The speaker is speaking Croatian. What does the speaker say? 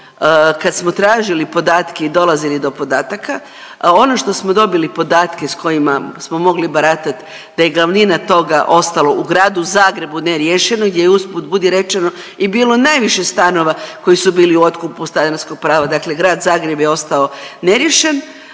kad smo tražili podatke i dolazili do podataka, ono što smo dobili podatke s kojima smo mogli baratat da je glavnina toga ostala u Gradu Zagrebu neriješeno gdje je usput budi rečeno i bilo najviše stanova koji su bili u otkupu stanarskog prava, dakle Grad Zagreb je ostao neriješen.